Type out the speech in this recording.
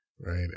Right